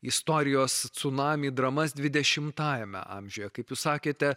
istorijos cunamį dramas dvidešimtajame amžiuje kaip jūs sakėte